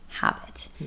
habit